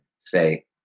say